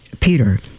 Peter